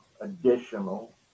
additional